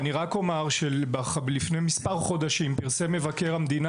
אני רק אומר שלפני מספר חודשים פרסם מבקר המדינה